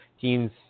teams